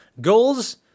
Goals